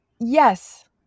yes